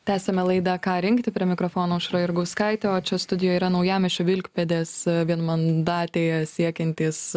tęsiame laidą ką rinkti prie mikrofono aušra jurgauskaitė o čia studijoj yra naujamiesčio vilkpėdės vienmandatėje siekiantys